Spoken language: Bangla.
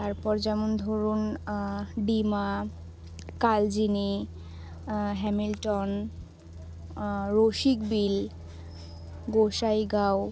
তারপর যেমন ধরুন ডিমা কালচিনি হ্যামিল্টন রসিকবিল গোসাইগাঁও